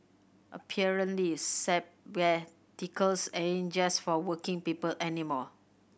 apparently sabbaticals just for working people anymore